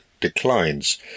declines